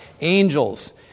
angels